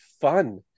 fun